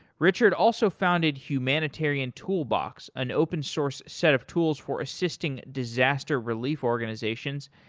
richard also founded humanitarian toolbox, an open-source set of tools for assisting disaster relief organizations,